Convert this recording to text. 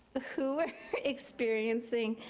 ah who were experiencing